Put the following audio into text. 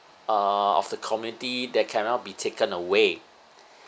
uh of the community that cannot be taken away